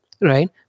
right